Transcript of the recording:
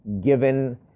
given